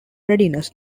readiness